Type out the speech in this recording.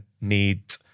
need